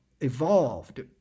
evolved